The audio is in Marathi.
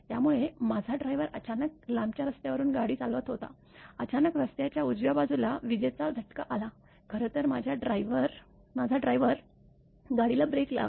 त्यामुळे माझा ड्रायव्हर अचानक लांबच्या रस्त्यावरून गाडी चालवत होता अचानक रस्त्याच्या उजव्या बाजूला विजेचा झटका आला खरं तर माझा ड्रायव्हर गाडीला ब्रेक लावा